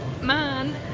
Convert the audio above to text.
man